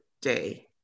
day